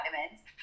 vitamins